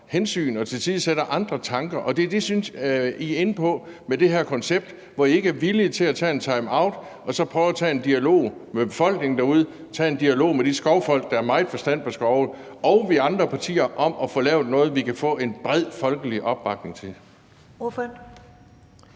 og tilsidesætte andre tanker. Det er det, jeg synes, I er inde på med det her koncept, hvor I ikke er villige til at tage en timeout og prøve at tage en dialog med befolkningen derude og tage en dialog med de skovfolk, der har meget forstand på skove, og med os andre partier om at få lavet noget, vi kan få en bred folkelig opbakning til.